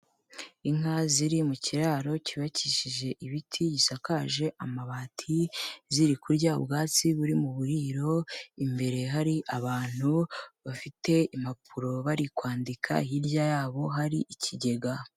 Inka ziri mu kiraro cyubakishije ibiti, gisakaje amabati, ziri kurya ubwatsi buri mu buriro, imbere hari abantu bafite impapuro bari kwandika, hirya yabo hari ikigega.